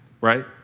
Right